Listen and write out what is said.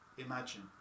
imagine